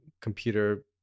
computer